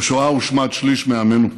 בשואה הושמד שליש מעמנו.